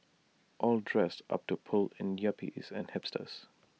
all dressed up to pull in yuppies and hipsters